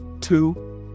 two